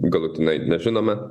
galutinai nežinome